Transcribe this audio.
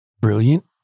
brilliant